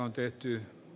arvoisa puhemies